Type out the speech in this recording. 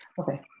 Okay